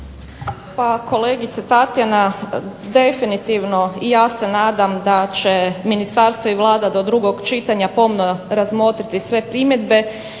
Pa kolegice Tatjana, definitivno i ja se nadam da će ministarstvo i Vlada do drugog čitanja pomno razmotriti sve primjedbe